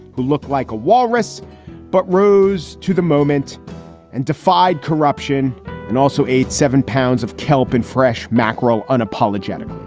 who looked like a walrus but rose to the moment and defied corruption and also eight, seven pounds of kelp and fresh mackerel. unapologetic.